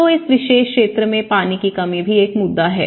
तो इस विशेष क्षेत्र में पानी की कमी भी एक मुद्दा है